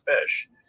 fish